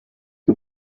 the